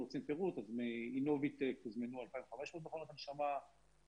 אם רוצים פירוט אז מ"אינוויטק" הוזמנו 2,500 מכונות הנשמה ומ"פלייט